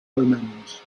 omens